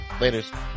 Later